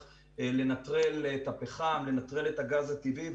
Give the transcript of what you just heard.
לנטרל את הפחם ולנטרל את הגז הטבעי,